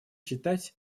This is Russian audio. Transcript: считать